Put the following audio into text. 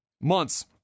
months